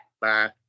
Bye